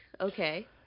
Okay